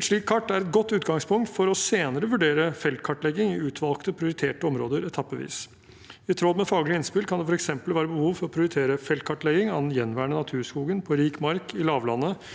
Et slikt kart er et godt utgangspunkt for senere å vurdere feltkartlegging i utvalgte prioriterte områder etappevis. I tråd med faglige innspill kan det f.eks. være behov for å prioritere feltkartlegging av den gjenværende naturskogen på rik mark i lavlandet